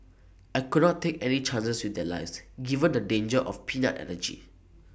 I could not take any chances with their lives given the danger of peanut allergy